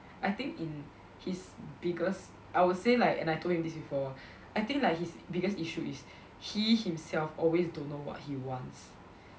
I think and his bigger is~ I would say like and I told him this before I think like his biggest issue is he himself always don't know what he wants